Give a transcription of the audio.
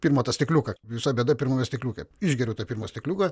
pirmą tą stikliuką visa bėda pirmame stikliuke išgeriu tą pirmą stikliuką